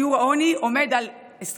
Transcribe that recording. שיעור העוני הוא 21.6%,